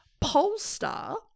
Polestar